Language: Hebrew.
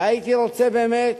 והייתי רוצה באמת